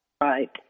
Right